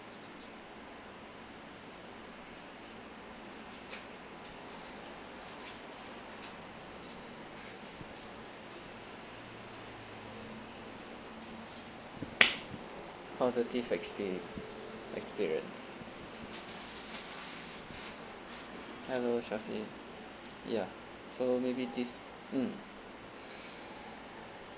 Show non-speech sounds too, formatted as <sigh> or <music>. positive experience experience hello syafie ya so maybe this mm <breath>